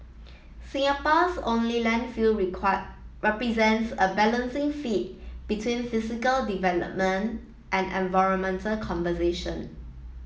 Singapore's only landfill require represents a balancing feat between physical development and environmental conservation